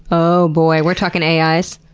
ohhhhh boy. we're talking ais.